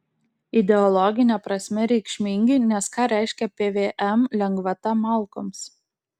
ideologine prasme reikšmingi nes ką reiškia pvm lengvata malkoms